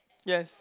yes